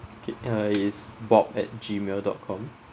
okay uh it's bob at gmail dot com